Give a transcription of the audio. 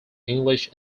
english